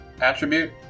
attribute